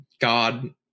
God